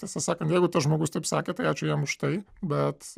tiesą sakant jeigu tas žmogus taip sakė tai ačiū jam už tai bet